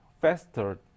faster